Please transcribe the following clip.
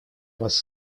вас